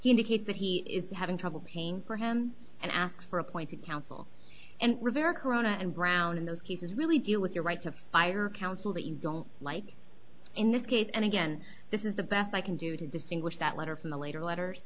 indicates that he is having trouble paying for him and ask for appointed counsel and rivera corona and brown in those cases really deal with your right to fire counsel that you don't like in this case and again this is the best i can do to distinguish that letter from the later letters